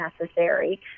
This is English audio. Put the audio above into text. necessary